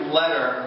letter